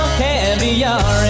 caviar